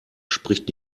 spricht